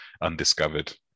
undiscovered